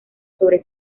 sobre